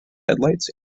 headlights